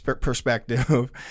perspective